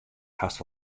hast